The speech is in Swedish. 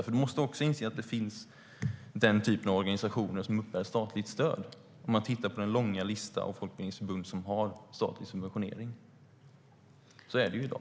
Björn Wiechel måste också inse att det finns den typen av organisationer som uppbär statligt stöd, om vi tittar på den långa lista av folkbildningsförbund som får statlig subventionering. Så är det i dag.